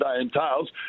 entails